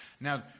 Now